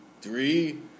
Three